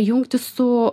jungtis su